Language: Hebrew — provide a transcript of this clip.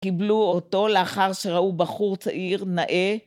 קיבלו אותו לאחר שראו בחור צעיר נאה.